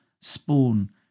spawn